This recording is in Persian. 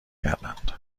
کردند